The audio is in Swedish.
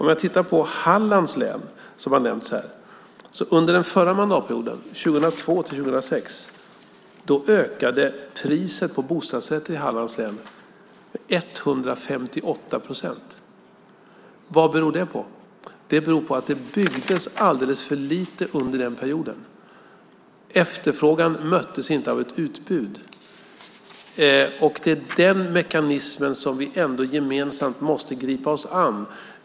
Om vi tittar på Hallands län, som nämnts i debatten, ser vi att under den förra mandatperioden, 2002-2006, ökade priset på bostadsrätter i Hallands län med 158 procent. Vad beror det på? Jo, det beror på att det byggdes alldeles för lite under den perioden. Efterfrågan möttes inte av utbudet, och det är den mekanismen som vi gemensamt måste gripa oss an.